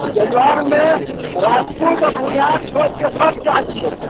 जजुआरमे राजपूत आओर भूमिहार छोड़िके सभ जाति छै